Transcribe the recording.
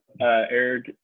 Eric